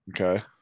Okay